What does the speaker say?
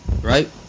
right